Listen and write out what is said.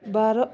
ବାର